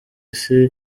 isi